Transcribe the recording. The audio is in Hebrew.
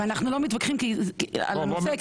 ואנחנו לא מתווכחים על הנושא,